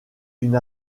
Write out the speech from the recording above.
une